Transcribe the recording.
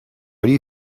you